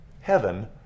heaven